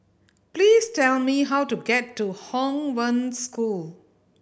please tell me how to get to Hong Wen School